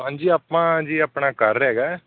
ਹਾਂਜੀ ਆਪਾਂ ਜੀ ਆਪਣਾ ਘਰ ਹੈਗਾ